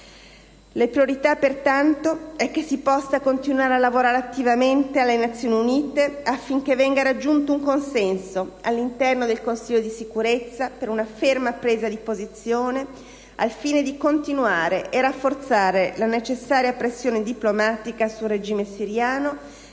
La priorità, pertanto, è che alle Nazioni Unite si possa continuare a lavorare attivamente affinché venga raggiunto un consenso all'interno del Consiglio di Sicurezza per una ferma presa di posizione, al fine di continuare e rafforzare la necessaria pressione diplomatica sul regime siriano